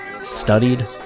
studied